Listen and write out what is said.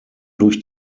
durch